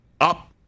up